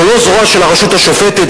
זו לא זרוע של הרשות השופטת,